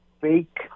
fake